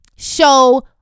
Show